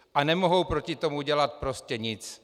A nemohou proti tomu dělat prostě nic.